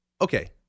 okay